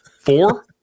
Four